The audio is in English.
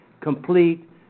complete